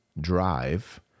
drive